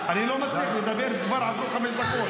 אני לא מצליח לדבר, כבר עברו חמש דקות.